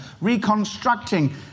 reconstructing